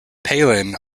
palin